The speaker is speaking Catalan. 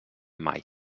mai